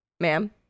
ma'am